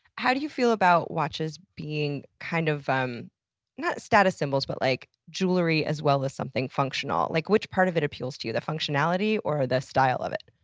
how do you feel about watches being. kind of um not status symbols, but like jewelry as well as something functional? like which part of it appeals to you, the functionality or the style of it?